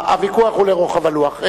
הוויכוח הוא לרוחב הלוח.